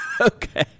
Okay